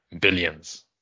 Billions